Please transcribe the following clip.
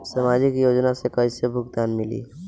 सामाजिक योजना से कइसे भुगतान मिली?